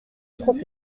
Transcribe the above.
trente